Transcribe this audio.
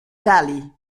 valley